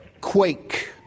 quake